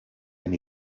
and